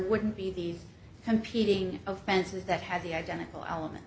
wouldn't be these competing offenses that have the identical element